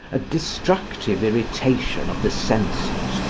a destructive irritation of the senses,